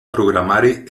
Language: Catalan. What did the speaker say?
programari